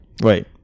Right